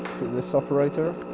this operator,